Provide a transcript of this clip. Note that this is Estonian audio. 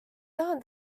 tahan